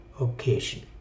occasion